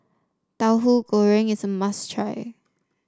Tahu Goreng is a must try